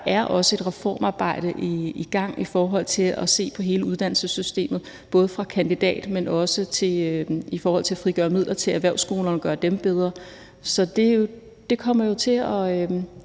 at der også er et reformarbejde i gang i forhold til at se på hele uddannelsessystemet, både i forhold til kandidatuddannelsen, men også i forhold til at frigøre midler til erhvervsskolerne og gøre dem bedre. Så det kommer jo til at